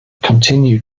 continued